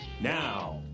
Now